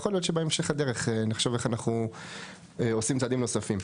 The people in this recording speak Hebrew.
יכול להיות שבהמשך הדרך נחשוב איך אנחנו עושים צעדים נוספים.